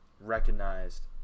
recognized